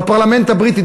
בפרלמנט הבריטי,